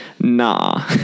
nah